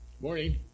Morning